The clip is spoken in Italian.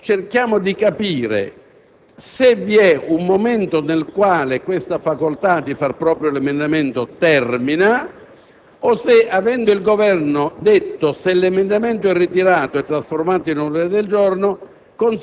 un attimo di attenzione, perché si tratta di un punto delicatissimo che attiene alla nostra facoltà di componenti del Parlamento, del Senato, in questo caso. Il Regolamento afferma che ovviamente gli emendamenti possono essere ritirati.